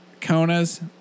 Konas